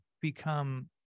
become